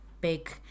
big